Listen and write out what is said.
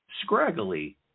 scraggly